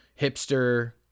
hipster